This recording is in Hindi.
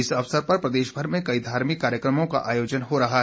इस मौके पर प्रदेश भर में कई धार्मिक कार्यक्रमों का आयोजन हो रहा है